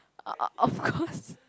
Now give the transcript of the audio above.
of course